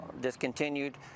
discontinued